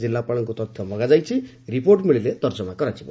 ଜିଲ୍ଲାପାଳଙ୍କୁ ତଥ୍ୟ ମଗାଯାଇଛି ରିପୋର୍ଟ ମିଳିଲେ ତର୍ଜମା କରାଯିବ